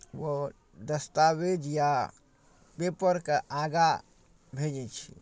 ओ दस्तावेज या पेपरकेँ आगाँ भेजै छी